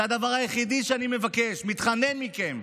זה הדבר היחיד שאני מבקש, מתחנן בפניכם.